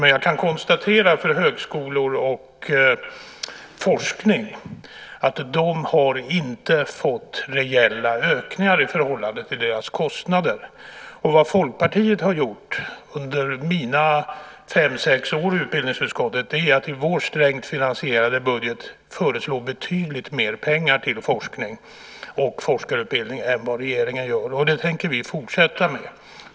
Men jag kan konstatera att högskolor och forskning inte har fått några reella ökningar i förhållande till deras kostnader. Vad Folkpartiet har gjort under mina fem sex år i utbildningsutskottet är att vi i vår strängt finansierade budget föreslår betydligt mer pengar till forskning och forskarutbildning än vad regeringen gör, och det tänker vi fortsätta med.